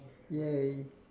!yay!